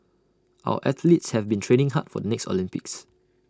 our athletes have been training hard for the next Olympics